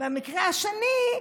המקרה השני,